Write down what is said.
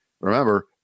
remember